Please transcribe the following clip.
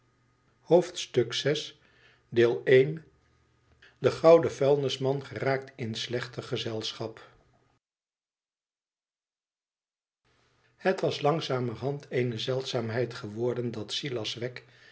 de gouden vuilnisman geraakt in slechter gezelschap het was langzamerhand eene zeldzaamheid geworden dat silas